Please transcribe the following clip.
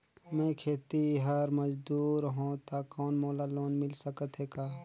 मैं खेतिहर मजदूर हों ता कौन मोला लोन मिल सकत हे का?